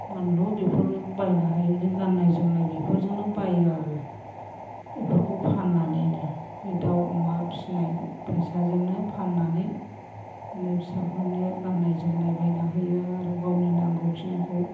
बानलु बेफोर बायनो हायो बिदिनो गाननाय बेफोरजोंनो बायो आरो बेफोरखौ फाननानैनो बे दाउ अमा फिसिनाय फैसाजोंनो फाननानै बिदिनो फिसाफोरनो गाननाय जोमनाय बायना होयो आरो गावनि नांगौखिनिखौ